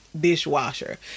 dishwasher